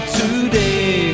today